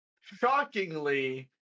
Shockingly